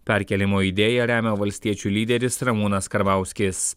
perkėlimo idėją remia valstiečių lyderis ramūnas karbauskis